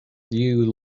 you